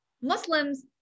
Muslims